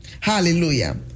Hallelujah